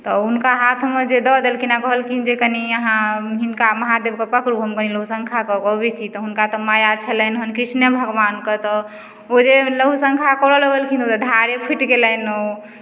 तऽ हुनका हाथमे जे दऽ देलखिन आओर कहलखिन जे कनि अहाँ हिनका महादेवके पकड़ू हम कनि लघुशङ्का कऽके अबय छी तऽ हुनका तऽ माया छलनि हन कृष्णे भगवानके तऽ ओ जे लघुशङ्का करऽ लगलखिन तऽ धारे फुटि गेलनि ओ